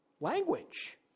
language